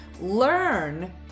Learn